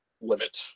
limit